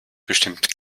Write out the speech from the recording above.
bestimmt